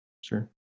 Sure